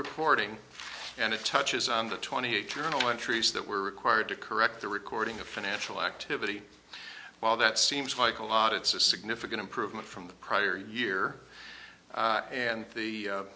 reporting and it touches on the twenty eight terminal entries that were required to correct the recording of financial activity while that seems like a lot it's a significant improvement from the prior year and the